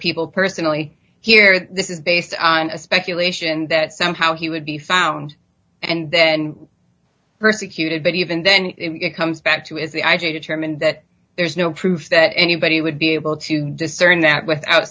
people personally here this is based on a speculation that somehow he would be found and then persecuted but even then it comes back to as i determined that there's no proof that anybody would be able to discern that without